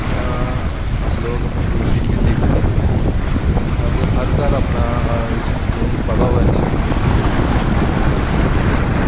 जि'यां अस लोग मशरूम दी खेती करने आं ते अगर हर घर जि'नेंगी पता होऐ की मशरूम दी खेती कि'यां कीती जाए